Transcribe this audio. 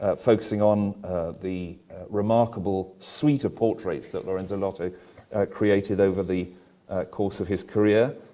ah focusing on the remarkable suite of portraits that lorenzo lotto created over the course of his career.